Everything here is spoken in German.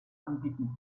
anbieten